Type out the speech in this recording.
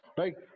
right